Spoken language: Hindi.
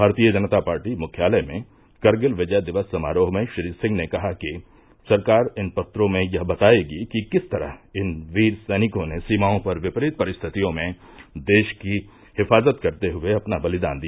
भारतीय जनता पार्टी मुख्यालय में करगिल विजय दिवस समारोह में श्री सिंह ने कहा कि सरकार इन पत्रों में यह बतायेगी कि किस तरह इन वीर सैनिकों ने सीमाओं पर विपरीत परिस्थितियों में देश की हिफ़ाज़त करते हुए अपना बलिदान दिया